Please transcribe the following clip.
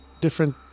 different